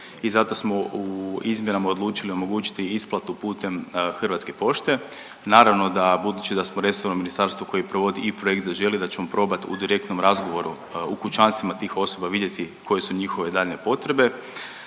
i zato smo u izmjenama odlučili omogućiti isplatu putem Hrvatske pošte. Naravno da, budući da smo resorno ministarstvo koje provodi i projekt Zaželi, da ćemo probati u direktnom razgovoru u kućanstvima tih osoba vidjeti koje su njihove daljnje potrebe